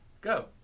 Go